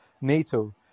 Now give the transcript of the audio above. NATO